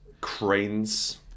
Cranes